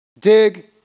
dig